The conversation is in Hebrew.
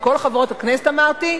"כל חברות הכנסת" אמרתי?